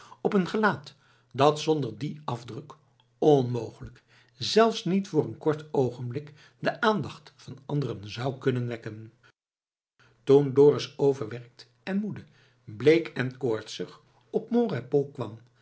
op een gelaat dat zonder dien afdruk onmogelijk zelfs niet voor een kort oogenblik de aandacht van anderen zou kunnen wekken toen dorus overwerkt en moede bleek en koortsig op mon repos kwam